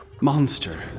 monster